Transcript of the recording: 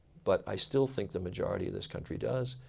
but i still think the majority of this country does.